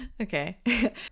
okay